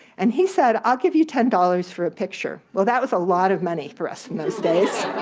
and he said, i'll give you ten dollars for a picture. well that was a lot of money for us in those days,